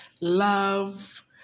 love